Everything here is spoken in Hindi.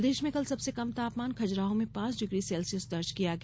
प्रदेश में कल सबसे कम तापमान खजुराहो में पांच डिग्री सेल्सियस दर्ज किया गया